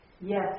Yes